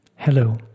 Hello